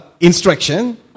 instruction